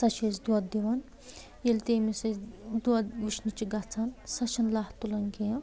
سۄ چھِ اسہِ دۄد دِوَان ییٚلہِ تٔمِس أسۍ دۄد وٕچھنہِ چھِ گژھان سۄ چھنہٕ لَتھ تُلان کیٛنٚہہ